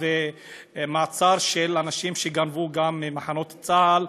והמעצר של אנשים שגנבו נשק גם ממחנות צה"ל,